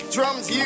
Drums